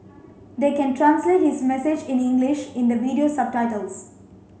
they can translate his message in English in the video subtitles